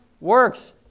works